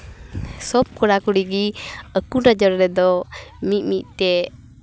ᱥᱚᱵ ᱠᱚᱲᱟᱼᱠᱩᱲᱤ ᱜᱮ ᱟᱹᱠᱩ ᱱᱚᱡᱚᱨ ᱨᱮᱫᱚ ᱢᱤᱫ ᱢᱤᱫ ᱛᱮ